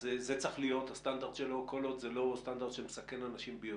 זה צריך להיות הסטנדרט שלו כל עוד זה לא סטנדרט שמסכן אנשים ביודעין.